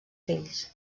fills